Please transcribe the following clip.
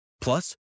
Plus